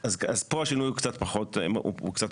אז פה השינוי הוא קצת פחות משמעותי.